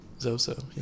Zozo